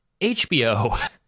HBO